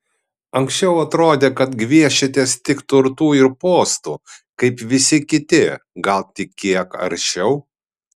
anksčiau atrodė kad gviešiatės tik turtų ir postų kaip visi kiti gal tik kiek aršiau